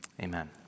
Amen